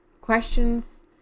Questions